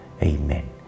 Amen